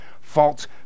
False